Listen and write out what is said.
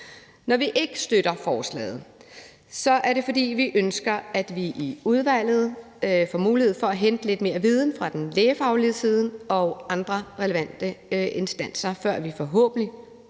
Når vi ikke støtter forslaget, er det, fordi vi ønsker, at vi i udvalget får mulighed for at hente lidt mere viden fra den lægefaglige side og fra andre relevante instanser, før vi forhåbentlig og gerne